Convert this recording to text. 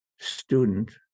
student